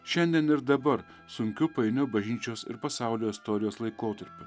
šiandien ir dabar sunkiu painiu bažnyčios ir pasaulio istorijos laikotarpiu